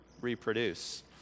reproduce